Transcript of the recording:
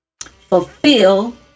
fulfill